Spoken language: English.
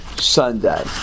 Sunday